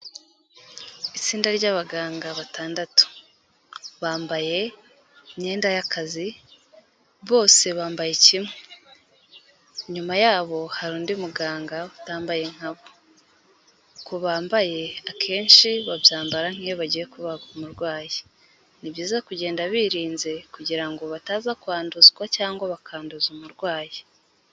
Itsinda ry'abaganga batandatu, bambaye imyenda y'akazi, bose bambaye kimwe, inyuma yabo hari undi muganga utambaye nka bo, akenshi babyambara nk'iyo bagiye kubaga umurwayi, ni byiza kugenda birinze kugira ngo bataza kwanduzwa cyangwa bakanduza umurwayi.